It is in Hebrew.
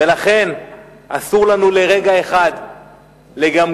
ולכן אסור לנו לרגע אחד לגמגם,